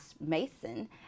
Mason